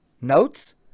notes